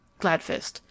Gladfist